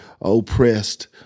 oppressed